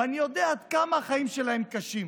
ואני יודע עד כמה החיים שלהם קשים,